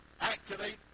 activate